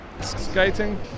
Skating